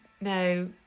No